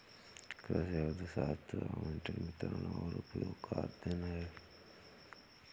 कृषि अर्थशास्त्र आवंटन, वितरण और उपयोग का अध्ययन है